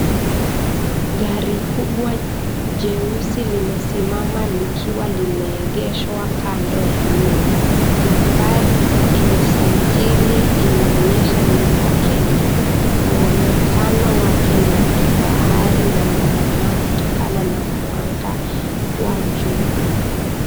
Gari kubwa jeusi limesimama likiwa limeegeshwa kando ya nyumba, nambari ya usajili linaonyesha ni la Kenya, muonekano wake ni wakifahari na linangaa kutokana na mwanga wa jua.